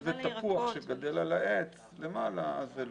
אם זה תפוח שגדל על העץ למעלה, זה לא.